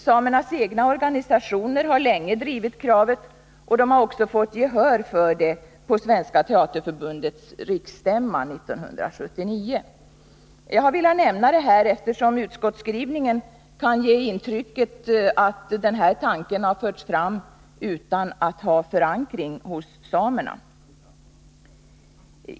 Samernas egna organisationer har länge drivit kravet, och de har också fått gehör för det på Svenska teaterförbundets riksstämma 1979. Jag har velat nämna detta, eftersom utskottsskrivningen kan ge intrycket att den här tanken förts fram utan att den har förankring hos samerna.